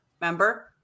Remember